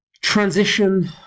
Transition